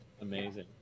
Amazing